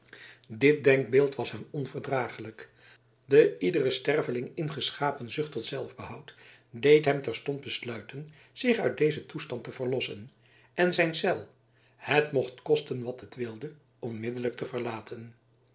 dit denkbeeld was hem onverdraaglijk de iederen sterveling ingeschapen zucht tot zelfbehoud deed hem terstond besluiten zich uit dezen toestand te verlossen en zijn cel het mocht kosten wat het wilde onmiddellijk te verlaten